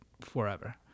forever